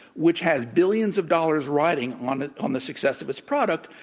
which has billions of dollars riding on on the success of its product,